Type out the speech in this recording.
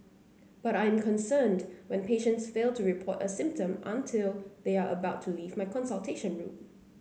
but I am concerned when patients fail to report a symptom until they are about to leave my consultation room